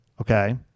okay